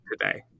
today